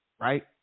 right